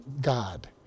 God